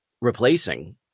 replacing